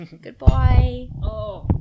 Goodbye